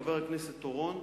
חבר הכנסת אורון,